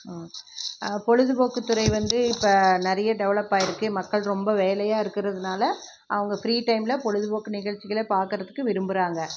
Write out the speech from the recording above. பொழுதுபோக்கு துறை வந்து இப்போ நிறைய டெவலப் ஆகியிருக்கு மக்கள் ரொம்ப வேலையாக இருக்கிறதுனால அவங்க ஃப்ரீ டைமில் பொழுதுபோக்கு நிகழ்ச்சிகளை பாக்கிறதுக்கு விரும்புறாங்க